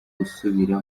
gusubira